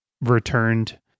returned